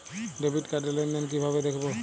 Debit card র লেনদেন কিভাবে দেখবো?